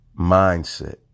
mindset